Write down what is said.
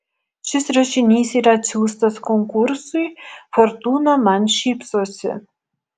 šis rašinys yra atsiųstas konkursui fortūna man šypsosi